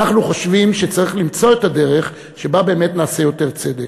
אנחנו חושבים שצריך למצוא את הדרך שבה באמת נעשה יותר צדק.